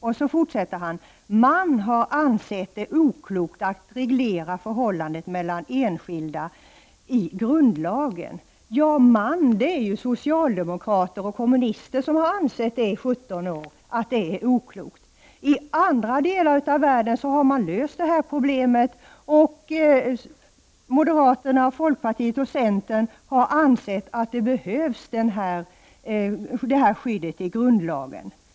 Och han fortsätter: Man har ansett det oklokt att reglera förhållandet mellan enskilda i grundlagen. ''Man'' är då socialdemokrater och kommunister, som i 17 år har ansett att det är oklokt. I andra delar av världen har man löst problemet, och moderaterna, folkpartiet och centern har ansett att vi behöver ha detta skydd i grundlagen.